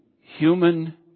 human